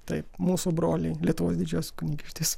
taip mūsų broliai lietuvos didžiosios kunigaikštystės